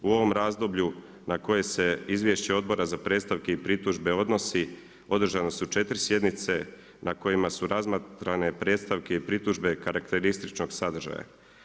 U ovom razdoblju na kojem se izvješće Odbora za predstavke i pritužbe odnosi, održane su 4 sjednice na kojima su razmatrane predstavke i pritužbe karakterističnog sadržaja.